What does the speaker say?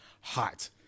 hot